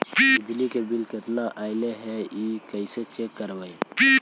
बिजली के बिल केतना ऐले हे इ कैसे चेक करबइ?